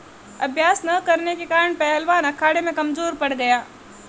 अभ्यास न करने के कारण पहलवान अखाड़े में कमजोर पड़ गया